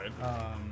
right